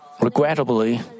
regrettably